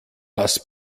das